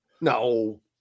No